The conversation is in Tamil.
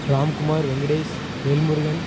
ராம்குமார் வெங்கடேஷ் வேல்முருகன்